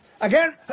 again